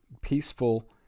peaceful